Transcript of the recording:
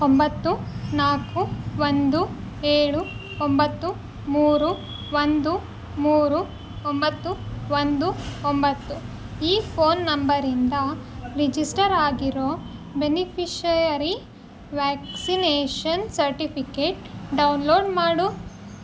ಒಂಬತ್ತು ನಾಕು ಒಂದು ಏಳು ಒಂಬತ್ತು ಮೂರು ಒಂದು ಮೂರು ಒಂಬತ್ತು ಒಂದು ಒಂಬತ್ತು ಈ ಫೋನ್ ನಂಬರಿಂದ ರಿಜಿಸ್ಟರ್ ಆಗಿರೋ ಬೆನಿಫಿಷರಿ ವ್ಯಾಕ್ಸಿನೇಷನ್ ಸರ್ಟಿಫಿಕೇಟ್ ಡೌನ್ಲೋಡ್ ಮಾಡು